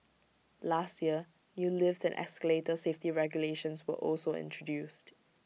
last year new lift and escalator safety regulations were also introduced